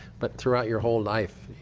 but throughout your whole life,